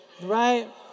right